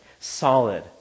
solid